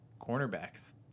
cornerbacks